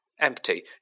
empty